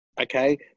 Okay